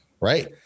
right